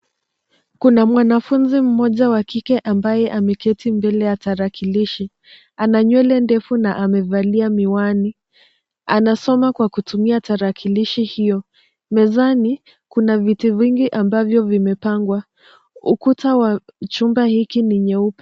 Kuna mwanafunzi mmoja wa kike ambaye ameketi mbele ya tarakilishi. Ana nywele ndefu na amevalia miwani. Anasoma kwa kutumia tarakilishi hiyo. Mezani kuna viti vingi ambavyo vimepangwa. Ukuta wa chumba hiki ni nyeupe.